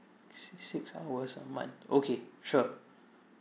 six six hours a month okay sure